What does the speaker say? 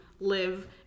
live